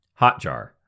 Hotjar